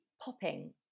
popping